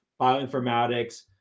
bioinformatics